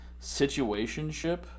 situationship